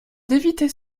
d’éviter